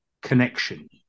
connection